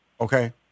Okay